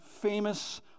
famous